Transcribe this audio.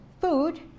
food